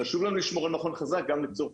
חשוב לנו לשמור על מכון חזק גם לצורך